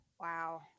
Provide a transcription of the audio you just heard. Wow